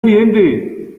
accidente